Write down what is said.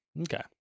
Okay